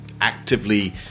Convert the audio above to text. actively